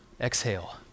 exhale